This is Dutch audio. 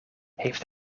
heeft